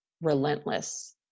relentless